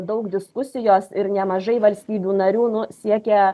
daug diskusijos ir nemažai valstybių narių nu siekia